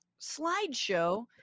slideshow